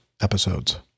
episodes